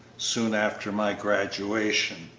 soon after my graduation.